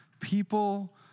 people